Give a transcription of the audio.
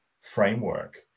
framework